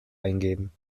eingeben